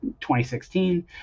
2016